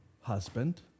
husband